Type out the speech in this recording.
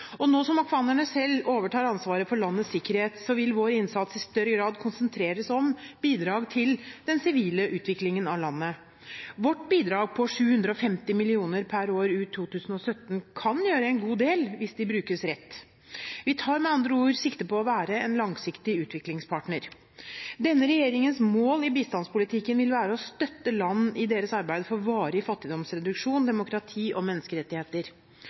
fattigdomsgrensen. Nå som afghanerne selv overtar ansvaret for landets sikkerhet, vil vår innsats i større grad konsentreres om bidrag til den sivile utviklingen av landet. Vårt bidrag på 750 mill. kr per år ut 2017 kan gjøre en god del hvis det brukes rett. Vi tar med andre ord sikte på å være en langsiktig utviklingspartner. Denne regjeringens mål i bistandspolitikken vil være å støtte land i deres arbeid for varig fattigdomsreduksjon, demokrati og menneskerettigheter.